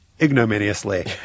ignominiously